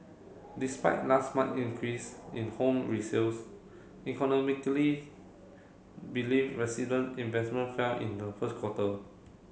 despite last month increase in home resales believe resident investment fell in the first quarter